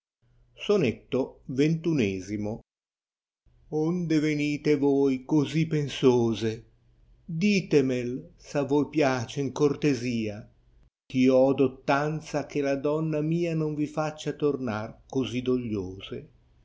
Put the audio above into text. sonetto xxl o nde venite voi cosi pensose di temei s a voi piace in cortesia ch'io ho dottanza che la donna mia non vi faccia tornar cosi dogliose